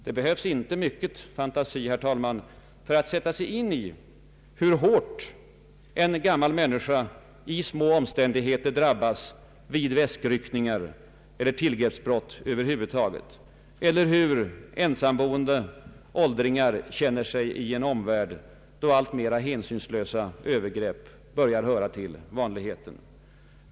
Det behövs inte mycket fantasi, herr talman, för att sätta sig in i hur hårt en gammal människa i små omständigheter drabbas vid väskryckningar och tillgreppsbrott över huvud taget, eller hur ensamboende åldringar känner sig i en omvärld där alltmer hänsynslösa övergrepp hör till vanligheten.